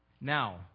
Now